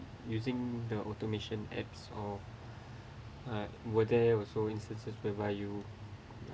using the automation apps or uh were there also instances whereby you